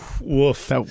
woof